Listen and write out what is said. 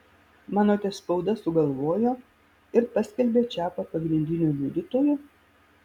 manote spauda sugalvojo ir paskelbė čiapą pagrindiniu liudytoju